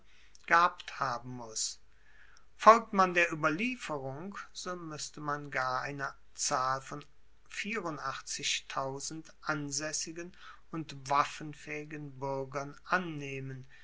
gehabt haben muss folgt man der ueberlieferung so muesste man gar eine zahl von ansaessigen und waffenfaehigen buergern annehmen